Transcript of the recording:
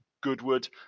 Goodwood